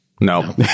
No